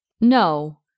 No